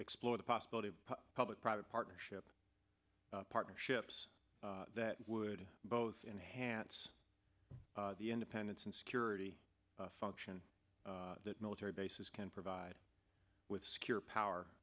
explore the possibility of public private partnership partnerships that would both enhance the independence and security function that military bases can provide with secure power